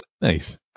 Nice